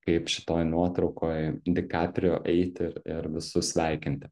kaip šitoj nuotraukoj di kaprio eiti ir ir visus sveikinti